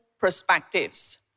perspectives